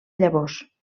llavors